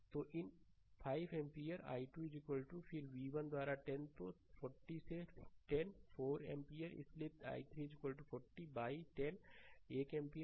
तो इन 2 ampere i2 फिर v1 द्वारा 10 तो 40 से 10 4 एम्पीयर इसलिए i3 40 बाय 10 1 एम्पियर